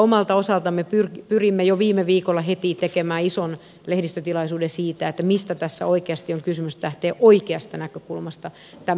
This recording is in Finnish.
omalta osaltamme pyrimme jo viime viikolla heti tekemään ison lehdistötilaisuuden siitä mistä tässä oikeasti on kysymys niin että lähtee oikeasta näkökulmasta tämä liikkeelle